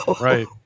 right